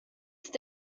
ist